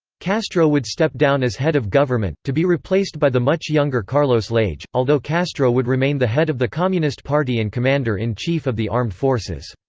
castro would step down as head of government, to be replaced by the much younger carlos lage, although castro would remain the head of the communist party and commander-in-chief of the armed forces.